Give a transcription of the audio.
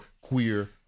queer